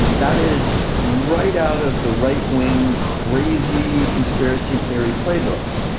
and that is right out of the right wing crazy conspiracy theory playbooks.